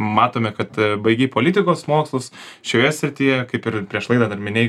matome kad baigei politikos mokslus šioje srityje kaip ir prieš laidą dar minėjai